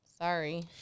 Sorry